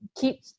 keep